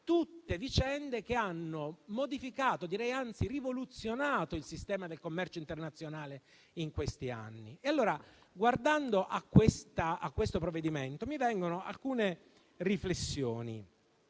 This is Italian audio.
tutte vicende che hanno modificato - direi, anzi, rivoluzionato - il sistema del commercio internazionale in questi anni. Allora, guardando a questo provvedimento, mi vengono alcune riflessioni.